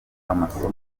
amasomo